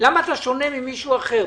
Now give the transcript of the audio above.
במה אתה שונה ממישהו אחר?